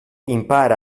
impara